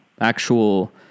actual